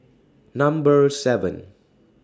Number seven